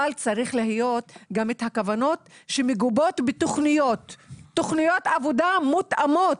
אבל צריך להיות גם את הכוונות שמגובות בתוכניות עבודה מותאמות.